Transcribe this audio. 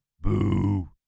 Boo